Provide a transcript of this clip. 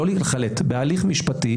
לא לחלט אלא בהליך משפטי,